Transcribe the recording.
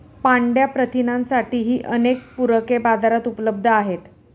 पांढया प्रथिनांसाठीही अनेक पूरके बाजारात उपलब्ध आहेत